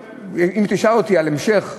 ואם תשאל אותי על המשך ההסתייגות,